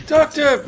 Doctor